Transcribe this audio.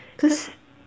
cause